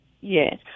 Yes